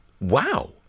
Wow